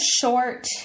short